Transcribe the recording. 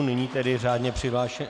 Nyní tedy řádně přihlášený...